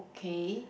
okay